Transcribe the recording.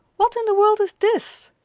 what in the world is this?